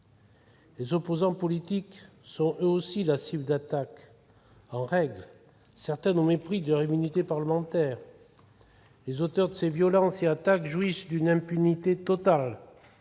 Les opposants politiques sont, eux aussi, la cible d'attaques en règle, menées au mépris des immunités parlementaires. Les auteurs de ces violences et attaques jouissent d'une impunité totale